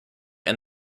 and